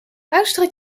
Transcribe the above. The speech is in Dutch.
luisteren